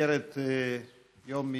במסגרת יום מיוחד.